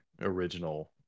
original